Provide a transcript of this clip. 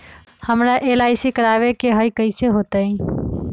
हमरा एल.आई.सी करवावे के हई कैसे होतई?